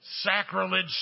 Sacrilege